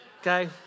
Okay